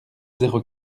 zéro